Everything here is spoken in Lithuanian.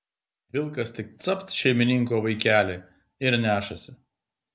vilkas tik capt šeimininko vaikelį ir nešasi